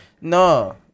No